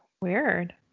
weird